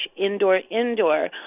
indoor-indoor